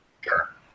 sure